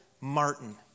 Martin